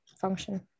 function